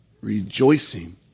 rejoicing